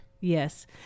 Yes